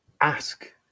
ask